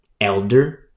Elder